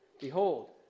Behold